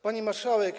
Pani Marszałek!